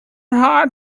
heart